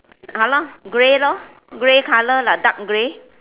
!hannor! grey lor grey colour lah dark grey